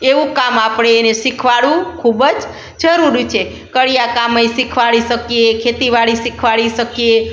એવું કામ આપણે એને શિખવાડવું ખૂબ જ જરૂરી છે કડિયા કામે શિખવાડી શકીએ ખેતીવાડી શિખવાડી શકીએ